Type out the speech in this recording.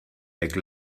back